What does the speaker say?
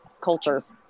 cultures